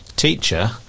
teacher